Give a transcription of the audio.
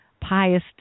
pious